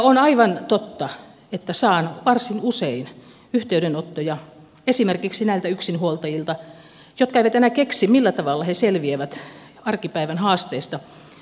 on aivan totta että saan varsin usein yhteydenottoja esimerkiksi näiltä yksinhuoltajilta jotka eivät aina keksi millä tavalla he selviävät arkipäivän haasteista